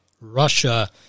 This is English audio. Russia